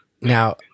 Now